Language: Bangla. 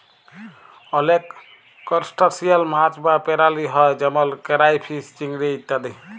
অলেক করসটাশিয়াল মাছ বা পেরালি হ্যয় যেমল কেরাইফিস, চিংড়ি ইত্যাদি